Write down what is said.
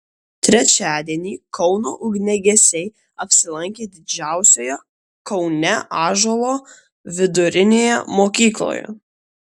trečiadienį kauno ugniagesiai apsilankė didžiausioje kaune ąžuolo vidurinėje mokykloje